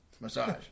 massage